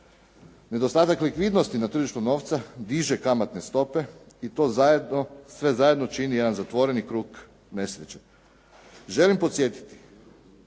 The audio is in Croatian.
Nedostatak likvidnosti na tržištu novca diže kamatne stope i to zajedno, sve zajedno čini jedan zatvoreni krug nesreće. Želim podsjetiti